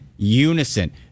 unison